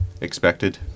expected